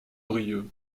brieuc